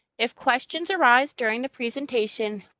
if questions arise during the presentation,